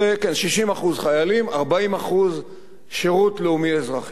ו-40% שירות לאומי-אזרחי,